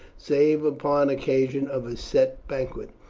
save upon occasions of a set banquet.